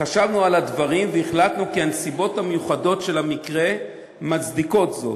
חשבנו על הדברים והחלטנו כי הנסיבות המיוחדות של המקרה מצדיקות זאת,